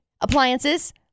Appliances